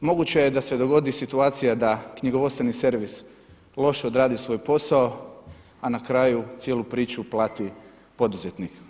Moguće je da se dogodi situacija da knjigovodstveni servis loše odradi svoj posao, a na kraju cijelu priču plati poduzetnik.